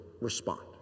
respond